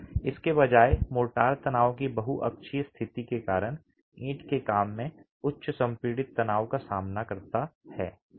इसके बजाय मोर्टार तनाव की बहु अक्षीय स्थिति के कारण ईंट के काम में उच्च संपीड़ित तनाव का सामना करता है